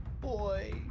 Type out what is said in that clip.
boy